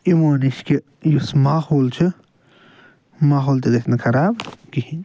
یِمو نِش کہِ یُس ماحول چھُ ماحول تہِ گَژھِ نہٕ خراب کِہیٖنٛۍ